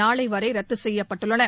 நாளை வரை ரத்து செய்யப்பட்டுள்ளன